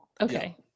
Okay